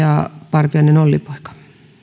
ja parviainen olli poika arvoisa